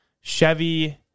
Chevy